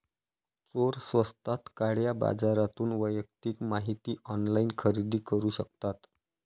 चोर स्वस्तात काळ्या बाजारातून वैयक्तिक माहिती ऑनलाइन खरेदी करू शकतात